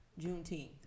Juneteenth